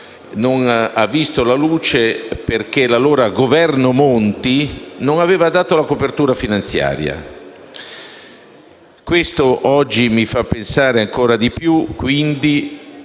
non ha visto la luce perché l'allora governo Monti non aveva dato la copertura finanziaria. Questo oggi mi fa pensare ancora di più che